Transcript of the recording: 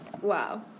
Wow